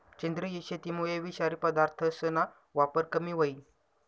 सेंद्रिय शेतीमुये विषारी पदार्थसना वापर कमी व्हयी